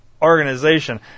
organization